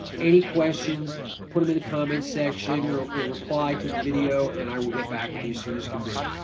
any questions put them in the comments section or or reply to the video and i will get back with you as soon as can be.